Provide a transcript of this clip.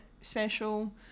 special